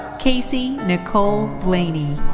casey nicole blaney.